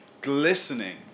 glistening